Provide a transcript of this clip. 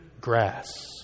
grass